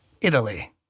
Italy